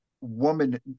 woman